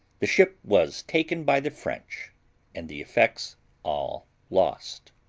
the ship was taken by the french and the effects all lost.